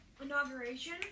inauguration